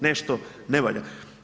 Nešto ne valja.